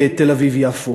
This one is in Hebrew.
תל-אביב יפו.